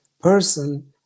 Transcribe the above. person